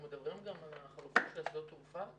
אנחנו מדברים גם על החלופות של שדות תעופה?